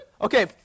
okay